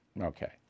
Okay